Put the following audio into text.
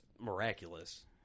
miraculous